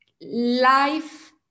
life